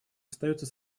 остается